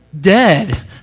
dead